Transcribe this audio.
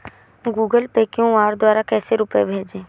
Google Pay QR द्वारा कैसे रूपए भेजें?